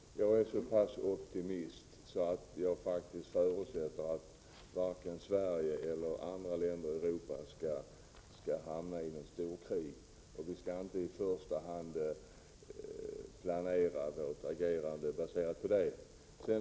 Fru talman! Jag är så pass optimistisk att jag faktiskt förutsätter att varken Sverige eller något annat land i Europa skall hamna i ettt storkrig. Vi skall alltid i första hand planera vårt agerande därefter.